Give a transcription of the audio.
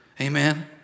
Amen